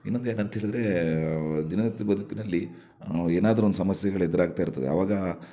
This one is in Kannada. ಇನ್ನೊಂದು ಏನು ಅಂತ ಹೇಳಿದರೆ ದಿನನಿತ್ಯ ಬದುಕಿನಲ್ಲಿ ನಾವು ಏನಾದರೂ ಒಂದು ಸಮಸ್ಯೆಗಳು ಎದುರಾಗ್ತಾ ಇರ್ತದೆ ಅವಾಗ